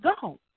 go